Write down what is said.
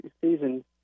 season